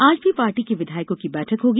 आज भी पार्टी के विधायकों की बैठक होगी